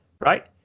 right